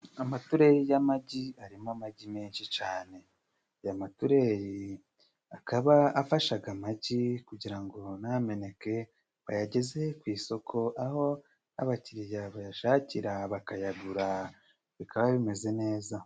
Amaturere y'amagi arimo amagi menshi cyane, aya matureri akaba afashaga amagi kugira ngo ntameneke, bayageze ku isoko aho abakiriya bayashakira bakayagura bikaba bimeze neza.